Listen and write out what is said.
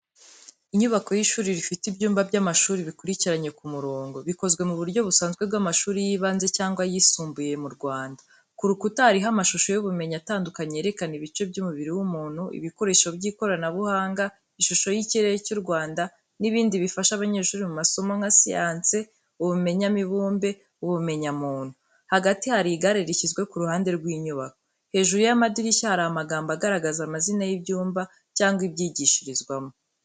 Inyubako y’ishuri rifite ibyumba by’amashuri bikurikiranye ku murongo, bikozwe mu buryo busanzwe bw’amashuri y’ibanze cyangwa ayisumbuye mu Rwanda. Ku rukuta hariho amashusho y’ubumenyi atandukanye yerekana ibice by’umubiri w’umuntu, ibikoresho by’ikoranabuhanga, ishusho y’ikirere cy’u Rwanda, n’ibindi bifasha abanyeshuri mu masomo nka siyansi, ubumenyamibumbe n’ubumenyamuntu. Hagati hari igare rishyizwe ku ruhande rw’inyubako. Hejuru y’amadirishya hari amagambo agaragaza amazina y’ibyumba cyangwa ibyigishirizwamo.